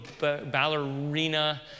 ballerina